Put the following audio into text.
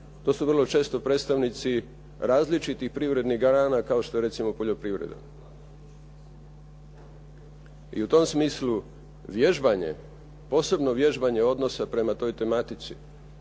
To su vrlo često predstavnici različitih privrednih grana kao što je recimo poljoprivreda. I u tom smislu vježbanje, posebno vježbanje odnosa prema toj tematici,